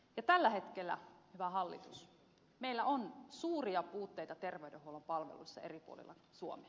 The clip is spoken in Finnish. ja tällä hetkellä hyvä hallitus meillä on suuria puutteita terveydenhuollon palveluissa eri puolella suomea